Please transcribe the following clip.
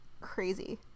Crazy